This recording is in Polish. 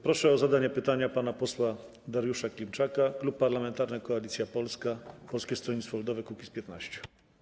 Proszę o zadanie pytania pana posła Dariusza Klimczaka, Klub Parlamentarny Koalicja Polska - Polskie Stronnictwo Ludowe - Kukiz15.